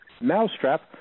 mousetrap